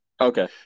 Okay